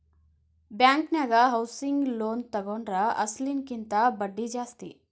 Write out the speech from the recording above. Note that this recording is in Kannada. ಬ್ಯಾಂಕನ್ಯಾಗ ಹೌಸಿಂಗ್ ಲೋನ್ ತಗೊಂಡ್ರ ಅಸ್ಲಿನ ಕಿಂತಾ ಬಡ್ದಿ ಜಾಸ್ತಿ